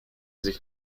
sich